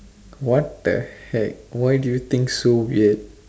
what the heck why do you think so weird